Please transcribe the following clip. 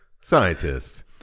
Scientist